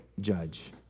judge